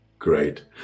Great